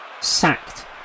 sacked